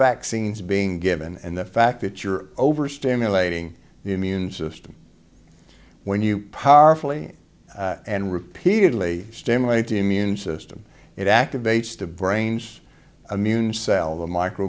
vaccines being given and the fact that you're over stimulating the immune system when you powerfully and repeatedly stimulate the immune system it activates the brain's immune cell the micro